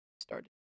started